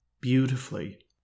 beautifully